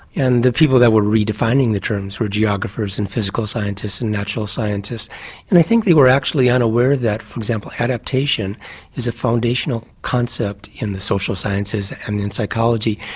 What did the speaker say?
and the people that were redefining the terms were geographers and physical scientists and natural scientists and i think they were actually unaware that for example adaptation is a foundational concept in the social sciences and in psychology.